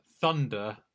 Thunder